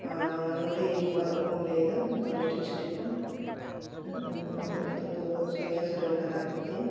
ᱱᱚᱰᱮ ᱤᱧ ᱵᱚᱠᱟᱨᱚᱜ ᱠᱷᱚᱱᱤᱧ ᱞᱟᱹᱭᱮᱫᱟ ᱵᱳᱠᱟᱨᱳ ᱤᱥᱴᱤᱞ ᱥᱤᱴᱤ ᱠᱷᱚᱱ ᱤᱧᱟᱹᱜ ᱧᱩᱛᱩᱢ ᱫᱚ ᱥᱚᱱᱤᱭᱟ ᱥᱚᱨᱮᱱ ᱠᱟᱱᱟ ᱛᱤᱧ